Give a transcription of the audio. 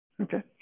Okay